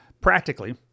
practically